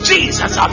Jesus